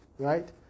Right